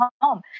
home